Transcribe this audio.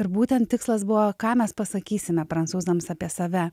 ir būtent tikslas buvo ką mes pasakysime prancūzams apie save